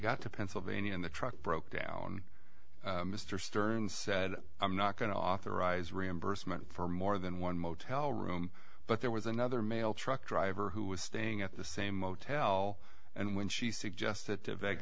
got to pennsylvania in the truck broke down mr stern said i'm not going to authorize reimbursement for more than one motel room but there was another mail truck driver who was staying at the same motel and when she suggest